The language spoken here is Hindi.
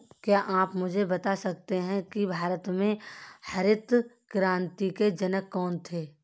क्या आप मुझे बता सकते हैं कि भारत में हरित क्रांति के जनक कौन थे?